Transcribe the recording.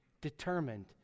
determined